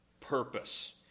purpose